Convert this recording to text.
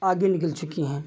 आगे निकल चुकी हैं